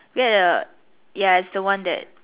we had a ya it's the one that